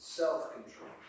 self-control